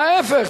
ההיפך,